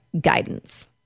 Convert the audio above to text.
guidance